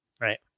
Right